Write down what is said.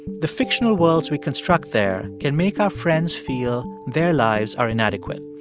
the fictional worlds we construct there can make our friends feel their lives are inadequate,